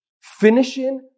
finishing